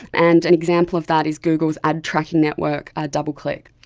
and an example of that is google's ad tracking network ah doubleclick.